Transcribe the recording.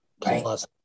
plus